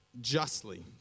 justly